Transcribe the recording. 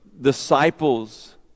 disciples